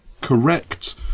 correct